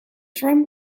trump